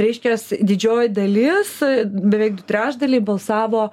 reiškias didžioji dalis beveik du trečdaliai balsavo